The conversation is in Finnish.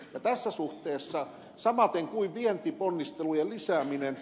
ja tässä suhteessa samaten on vientiponnistelujen lisääminen